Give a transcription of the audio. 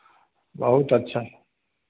बहुत अच्छा